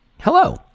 Hello